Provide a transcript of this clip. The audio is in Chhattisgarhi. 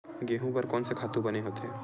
गेहूं बर कोन से खातु बने होथे?